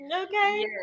Okay